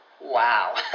Wow